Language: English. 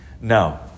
No